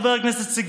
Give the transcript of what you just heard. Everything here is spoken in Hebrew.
חברת הכנסת סויד,